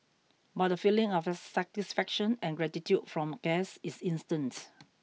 but the feeling of satisfaction and gratitude from guests is instant